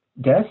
death